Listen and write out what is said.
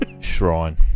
shrine